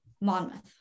Monmouth